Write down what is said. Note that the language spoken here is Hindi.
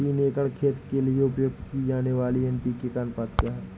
तीन एकड़ खेत के लिए उपयोग की जाने वाली एन.पी.के का अनुपात क्या है?